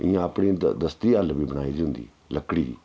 इ'यां अपनी दस्ती हल्ल बी बनाई दी होंदी लक्कड़ी दी